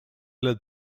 led